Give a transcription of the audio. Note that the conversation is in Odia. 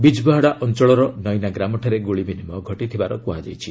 ବିଜ୍ବେହେଡ଼ା ଅଞ୍ଚଳର ନଇନା ଗ୍ରାମଠାରେ ଗୁଳି ବିନିମୟ ଘଟିଥିବାର କୁହାଯାଇଛି